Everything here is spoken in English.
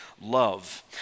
love